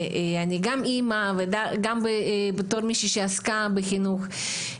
אני גם אמא וגם בתור מישהי שעסקה בחינוך,